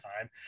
time